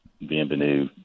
Bienvenue